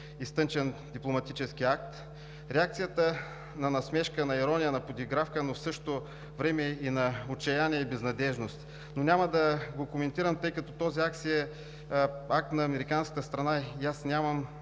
изтънчен дипломатически акт – реакцията на насмешка, на ирония, на подигравка, но в същото време и на отчаяние, и безнадеждност. Но няма да го коментирам, тъй като този акт е акт на американската страна и аз нямам